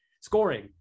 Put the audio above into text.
scoring